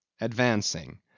Advancing